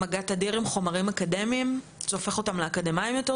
מגע תדיר עם חומרים אקדמיים,